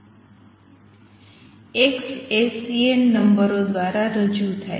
x એ C n નંબરો દ્વારા રજૂ થાય છે